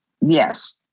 Yes